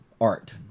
Art